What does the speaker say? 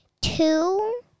two